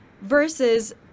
versus